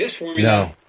No